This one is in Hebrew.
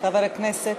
חבר הכנסת